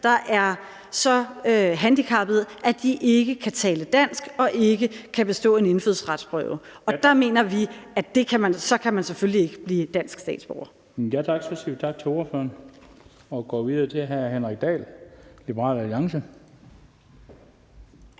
der er så handicappede, at de ikke kan tale dansk og ikke kan bestå en indfødsretsprøve. Og der mener vi, at så kan man selvfølgelig ikke blive dansk statsborger.